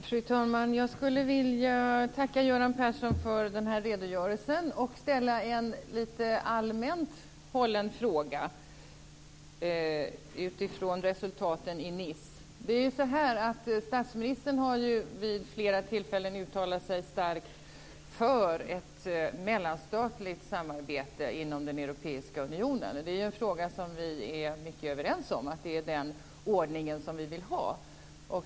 Fru talman! Jag vill tacka Göran Persson för den här redogörelsen, och ställa en allmänt hållen fråga utifrån resultaten i Nice. Statsministern har ju vid flera tillfällen uttalat sig starkt för ett mellanstatligt samarbete inom den europeiska unionen. I den frågan är vi överens om att det är den ordning vi vill ha.